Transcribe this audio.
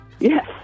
Yes